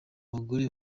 abagore